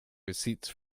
receipts